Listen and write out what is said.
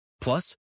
plus